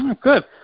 Good